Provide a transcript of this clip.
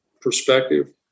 perspective